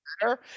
better